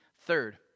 Third